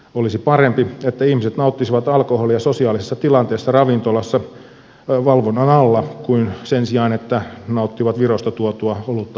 olisi parempi että ihmiset nauttisivat alkoholia sosiaalisessa tilanteessa ravintolassa valvonnan alla sen sijaan että nauttivat virosta tuotua olutta yksin kotonaan